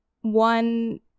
one